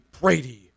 Brady